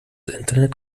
internet